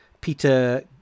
Peter